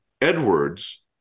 Edwards